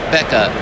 Becca